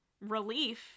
relief